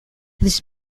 this